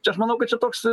čia aš manau kad čia toks